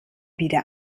wieder